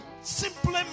simply